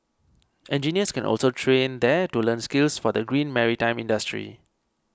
engineers can also train there to learn skills for the green maritime industry